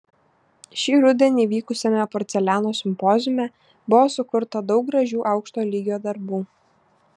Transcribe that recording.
šį rudenį vykusiame porceliano simpoziume buvo sukurta daug gražių aukšto lygio darbų